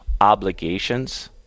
obligations